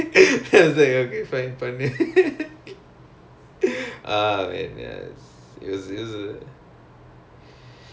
I think after F_O_F ya then any freshies in your